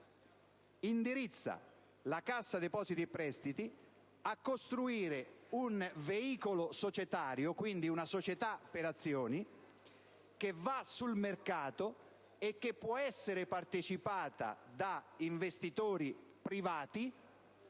indirizzare la Cassa depositi e prestiti a costruire un veicolo societario, dunque una società per azioni che va sul mercato, che può essere partecipata da investitori privati